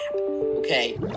Okay